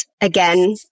again